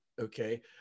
okay